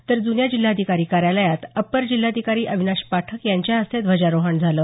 तर जुन्या जिल्हाधिकारी कार्यालयात अपर जिल्हाधिकारी अविनाश पाठक यांच्या हस्ते ध्वजारोहण झालं